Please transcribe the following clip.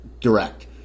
direct